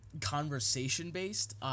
conversation-based